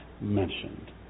mentioned